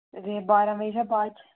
दे बारां बजे शा बाद